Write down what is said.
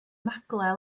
maglau